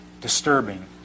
disturbing